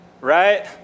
right